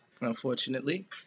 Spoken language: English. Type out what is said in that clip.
Unfortunately